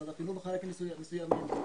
משרד החינוך בחלקים מסוימים,